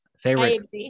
favorite